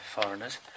foreigners